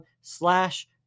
slash